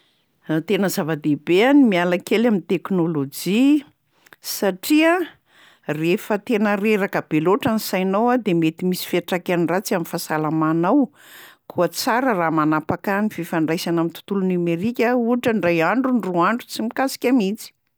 Tena zava-dehibe a ny miala kely am'teknôlôjia satria rehefa tena reraka be loatra ny sainao a de mety misy fiantraikany ratsy am'fahasalamanao koa tsara raha manapaka ny fifandraisana am'tontolo nomerika ohatra ndray andro, ndroa andro tsy mikasika mihitsy.